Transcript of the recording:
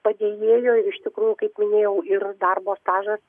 padėjėjo iš tikrųjų kaip minėjau ir darbo stažas